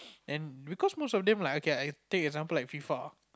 and because most of them like I can I I take example like F_I_F_A